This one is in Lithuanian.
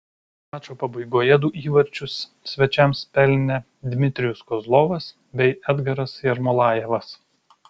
mačo pabaigoje du įvarčius svečiams pelnė dmitrijus kozlovas bei edgaras jermolajevas